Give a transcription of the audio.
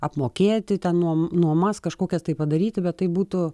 apmokėti ten nuo nuomas kažkokias tai padaryti bet tai būtų